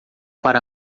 para